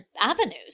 avenues